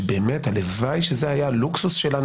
שבאמת הלוואי שזה היה הלוקסוס שלנו.